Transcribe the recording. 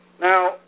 Now